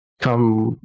come